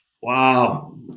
Wow